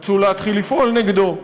רצו להתחיל לפעול נגדו,